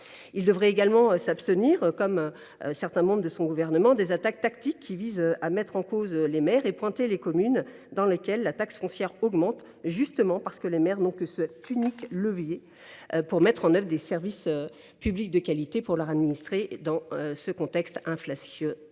Il devrait également s’abstenir, comme un certain nombre des membres de son gouvernement, des attaques tactiques qui visent à mettre en cause les maires et à pointer les communes dans lesquelles la taxe foncière augmente, justement parce que les maires n’ont que ce levier pour mettre en œuvre des services publics de qualité pour leurs administrés dans le contexte inflationniste.